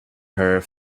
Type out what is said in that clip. her